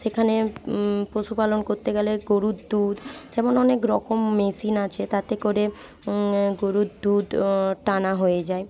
সেখানে পশুপালন করতে গেলে গরুর দুধ যেমন অনেক রকম মেশিন আছে তাতে করে গরুর দুধ টানা হয়ে যায়